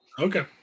Okay